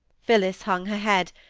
phillis hung her head,